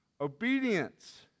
Obedience